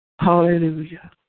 Hallelujah